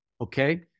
Okay